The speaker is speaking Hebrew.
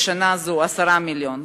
בשנה זו 10 מיליון,